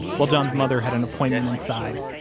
while john's mother had an appointment inside,